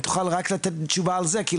אם תוכל רק לתת תשובה על זה,